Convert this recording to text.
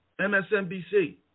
MSNBC